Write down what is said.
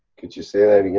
could you say that again?